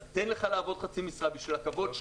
אז אתן לך לעבוד בחצי משרה בשביל הכבוד שלך,